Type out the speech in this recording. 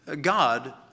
God